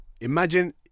imagine